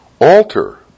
Alter